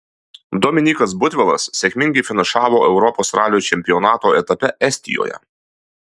dominykas butvilas sėkmingai finišavo europos ralio čempionato etape estijoje